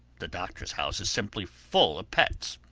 the doctor's house is simply full of pets.